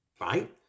Right